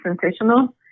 sensational